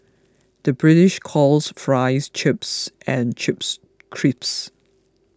the British calls Fries Chips and Chips Crisps